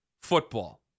football